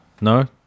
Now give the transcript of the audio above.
No